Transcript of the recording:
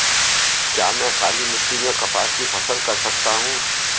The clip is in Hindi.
क्या मैं काली मिट्टी में कपास की फसल कर सकता हूँ?